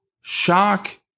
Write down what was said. shock